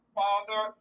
father